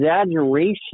exaggeration